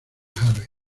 harry